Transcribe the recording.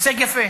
הישג יפה.